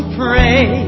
pray